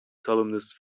columnist